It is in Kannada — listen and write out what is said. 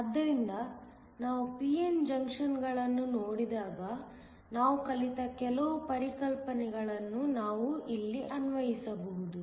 ಆದ್ದರಿಂದ ನಾವು p n ಜಂಕ್ಷನ್ಗಳನ್ನು ನೋಡಿದಾಗ ನಾವು ಕಲಿತ ಕೆಲವು ಪರಿಕಲ್ಪನೆಗಳನ್ನು ನಾವು ಇಲ್ಲಿ ಅನ್ವಯಿಸಬಹುದು